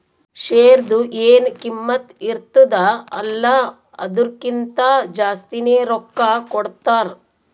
ಶೇರ್ದು ಎನ್ ಕಿಮ್ಮತ್ ಇರ್ತುದ ಅಲ್ಲಾ ಅದುರ್ಕಿಂತಾ ಜಾಸ್ತಿನೆ ರೊಕ್ಕಾ ಕೊಡ್ತಾರ್